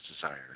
desires